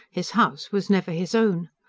his house was never his own.